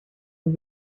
for